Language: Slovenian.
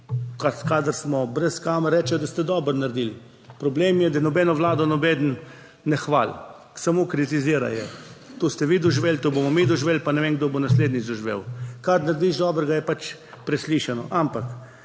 kadar smo brez kamer, rečejo, da ste dobro naredili. Problem je, da nobeno vlado nobeden ne hvali, samo kritizira. To ste vi doživeli, to bomo mi doživeli, pa ne vem, kdo bo naslednjič doživel. Kar narediš dobrega je pač preslišano. Ampak